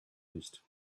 nicht